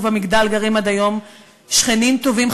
ובמגדל גרים עד היום שכנים טובים,